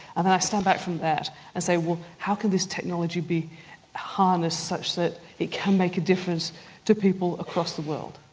and then i stand back from that and say well how could this technology be harnessed such that it can make a difference to people across the world?